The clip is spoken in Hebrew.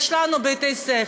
יש לנו בתי-ספר,